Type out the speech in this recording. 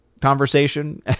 conversation